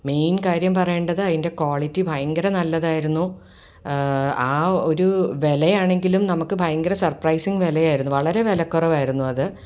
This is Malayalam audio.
മെയിൻ കാര്യം പറയേണ്ടത് അതിൻ്റെ ക്വാളിറ്റി ഭയങ്കര നല്ലതായിരുന്നു ആ ഒരു വിലയാണെങ്കിലും നമുക്ക് ഭയങ്കര സർപ്രൈസിങ് വിലയായിരുന്നു വളരെ വിലക്കുറവായിരുന്നു അത്